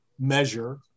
measure